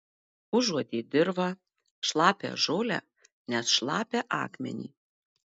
užuodė dirvą šlapią žolę net šlapią akmenį